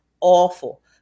awful